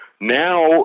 now